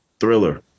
thriller